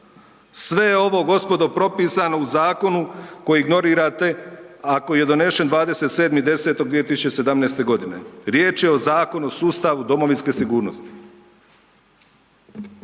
Sve je ovo gospodo propisano u zakonu koji ignorirate, a koji je donesen 27.10.2017.g. Riječ je o Zakonu o sustavu domovinske sigurnosti.